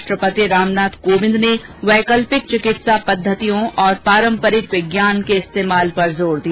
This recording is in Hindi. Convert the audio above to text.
राष्ट्रपति रामनाथ कोविंद ने वैकल्पिक चिकित्सा पद्धतियों और पारम्परिक विज्ञान के इस्तेमाल पर जोर दिया